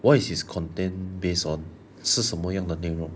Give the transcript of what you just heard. why is his content based on 是什么样的内容